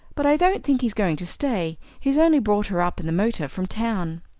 but i don't think he's going to stay. he's only brought her up in the motor from town.